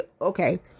okay